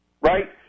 right